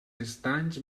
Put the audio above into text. estanys